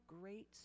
great